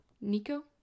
Nico